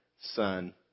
Son